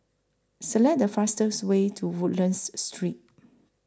Select The fastest Way to Woodlands Street